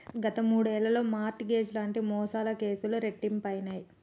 గత మూడేళ్లలో mortgage లాంటి మోసాల కేసులు రెట్టింపయినయ్